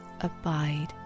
abide